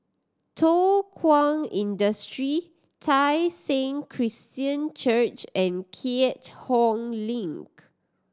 Thow Kwang Industry Tai Seng Christian Church and Keat Hong Link